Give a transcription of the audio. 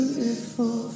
Beautiful